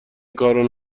کارو